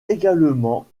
également